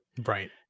right